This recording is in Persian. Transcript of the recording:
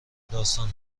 داستان